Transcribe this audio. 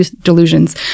delusions